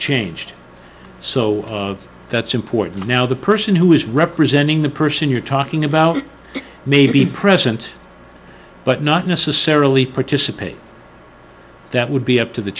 changed so that's important now the person who is representing the person you're talking about may be present but not necessarily participate that would be up to the